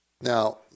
Now